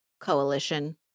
coalition